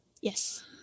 Yes